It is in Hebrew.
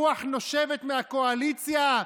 רוח נושבת מהקואליציה,